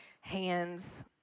hands